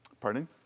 Pardon